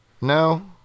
No